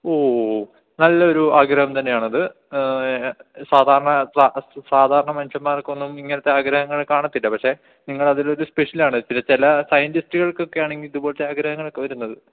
ഓ ഓ നല്ലൊരു ആഗ്രഹം തന്നെയാണത് സാധാരണ സാധാരണ മനുഷ്യന്മാർക്കൊന്നും ഇങ്ങനത്തെ ആഗ്രഹങ്ങൾ കാണത്തില്ല പക്ഷെ നിങ്ങളതിലൊരു സ്പെഷ്യൽ ആണ് ഇത് ചില സയന്റ്റിസ്റ്റുകൾക്കൊക്കെ ആണെങ്കിൽ ഇതുപോലത്തെ ആഗ്രഹങ്ങളൊക്കെ വരുന്നത്